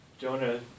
Jonah